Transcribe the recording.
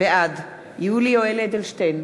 בעד יולי יואל אדלשטיין,